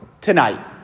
tonight